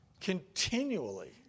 continually